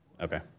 Okay